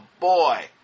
boy